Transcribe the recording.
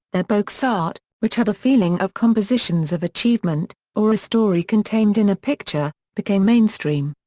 their boxart, which had a feeling of compositions of achievement or a story contained in a picture, became mainstream.